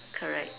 correct